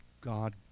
God